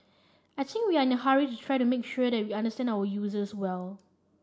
I think we are in a hurry to try to make sure that we understand our users well